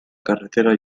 carretera